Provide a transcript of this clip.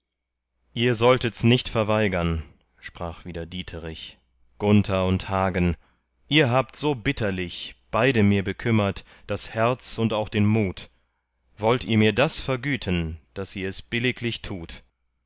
ihr solltets nicht verweigern sprach wieder dieterich gunther und hagen ihr habt so bitterlich beide mir bekümmert das herz und auch den mut wollt ihr mir das vergüten daß ihr es billiglich tut